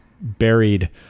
buried